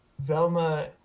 Velma